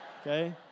okay